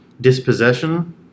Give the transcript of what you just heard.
dispossession